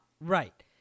Right